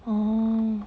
oh